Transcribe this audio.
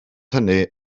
hynny